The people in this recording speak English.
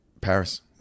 Paris